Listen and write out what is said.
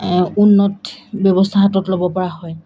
উন্নত ব্যৱস্থা হাতত ল'বপৰা হয়